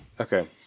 Okay